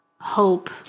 hope